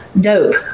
Dope